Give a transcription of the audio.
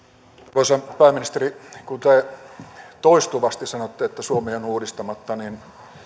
arvoisa pääministeri kun te toistuvasti sanotte että suomi on uudistamatta niin